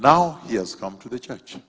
now years come to the church